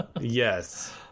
Yes